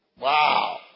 Wow